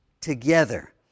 together